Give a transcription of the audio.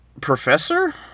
professor